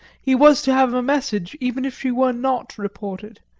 he was to have a message even if she were not reported,